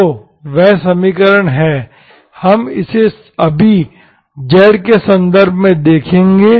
तो यह समीकरण है हम इसे अभी z के संदर्भ में देखेंगे